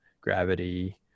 Gravity